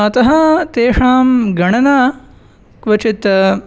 अतः तेषां गणना क्वचित्